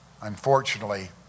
Unfortunately